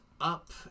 up